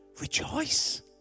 rejoice